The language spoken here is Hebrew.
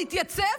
נתייצב,